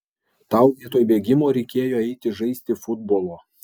tau vietoj bėgimo reikėjo eiti žaisti futbolo